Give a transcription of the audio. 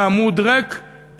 בעמוד ריק.